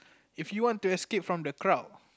if you want to escape from the crowd